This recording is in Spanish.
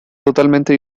totalmente